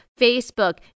Facebook